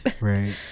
right